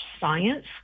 science